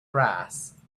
brass